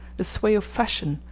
the sway of fashion,